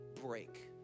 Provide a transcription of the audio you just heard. break